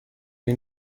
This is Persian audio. این